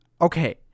Okay